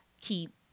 keep